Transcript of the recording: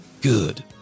Good